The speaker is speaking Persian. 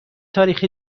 تاریخ